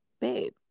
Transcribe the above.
Babe